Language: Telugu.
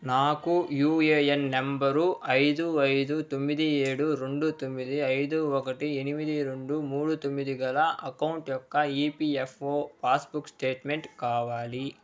నాకు యూఏఎన్ నంబరు ఐదు ఐదు తొమ్మిది ఏడు రెండు తొమ్మిది ఐదు ఒకటి ఎనిమిది రెండు మూడు తొమ్మిది గల అకౌంట్ యొక్క ఈపిఎఫ్ఓ పాస్బుక్ స్టేట్మెంట్ కావాలి